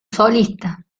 solista